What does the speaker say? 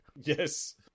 Yes